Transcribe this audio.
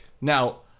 Now